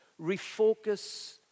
refocus